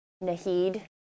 Nahid